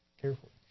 Carefully